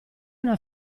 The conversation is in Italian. una